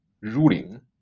ruling